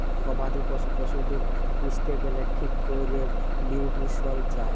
গবাদি পশ্য পশুদের পুইসতে গ্যালে ঠিক ক্যরে লিউট্রিশল চায়